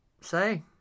say